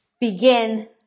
begin